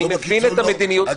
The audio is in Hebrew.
אני איתך ביחד.